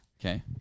Okay